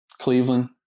Cleveland